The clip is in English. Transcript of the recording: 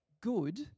good